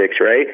right